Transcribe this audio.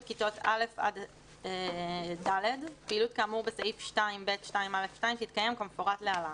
כיתות א' עד ד' פעילות כאמור בסעיף 2(ב)(2א2) תתקיים כמפורט להלן: